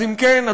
אז אם כן,